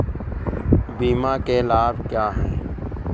बीमा के लाभ क्या हैं?